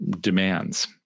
demands